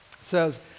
says